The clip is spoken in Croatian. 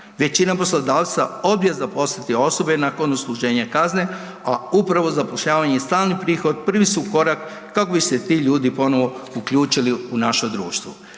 Većina poslodavaca odbije zaposliti osobe nakon odsluženja kazne, a upravo zapošljavanje i stalni prihod prvi su korak kako bi se ti ljudi ponovno uključili u naše društvo.